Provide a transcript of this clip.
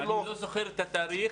אני לא זוכר את התאריך.